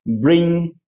bring